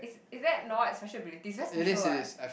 is that not special ability it's very special what